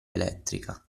elettrica